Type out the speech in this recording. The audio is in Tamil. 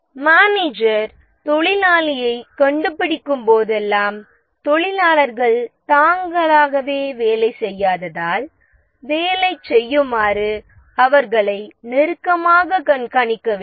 மேனேஜர் தொழிலாளியைக் கண்டுபிடிக்கும் போதெல்லாம் தொழிலாளர்கள் தாங்களாகவே வேலை செய்யாததால் வேலையைச் செய்யுமாறு அவர்களை நெருக்கமாகக் கண்காணிக்க வேண்டும்